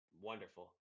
wonderful